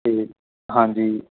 ਅਤੇ ਹਾਂਜੀ